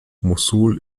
mossul